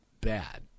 bad